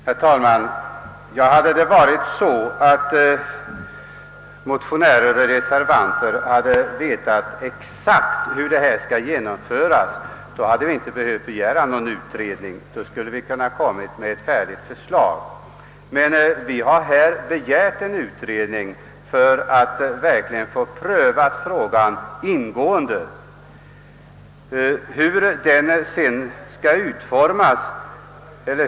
Herr talman! Hade det varit så att motionärer och reservanter vetat exakt hur detta deras förslag skall genomföras, så hade vi inte behövt begära någon utredning; då hade vi kunnat framlägga ett färdigt förslag. Men vi har begärt en utredning för att verkligen få frågan ingående prövad.